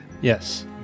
Yes